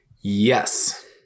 Yes